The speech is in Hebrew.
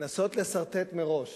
לנסות לסרטט מראש